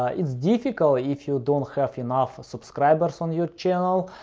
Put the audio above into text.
ah it's difficult if you don't have enough subscribers on your channel,